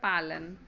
पालन